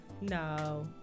no